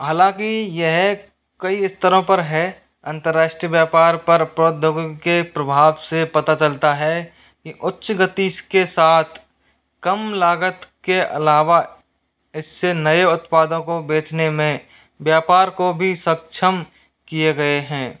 हालांकि यह कई स्तरों पर हैं अन्तर्राष्ट्रीय व्यापार पर प्रौद्योगिकी के प्रभाव से पता चलता है ये उच्च गति के साथ कम लागत के अलावा इससे नए उत्पादों को बेचने में व्यापर को भी सक्षम किये गए हैं